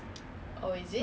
the government pay